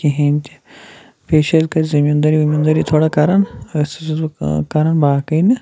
کِہیٖنۍ تہِ بیٚیہِ چھِ اَسہِ گَرِ زٔمیٖندٲری ؤمیٖندٲری تھوڑا کَران أتھۍ سۭتۍ چھُس بہٕ کٲم کَران باقٕے نہٕ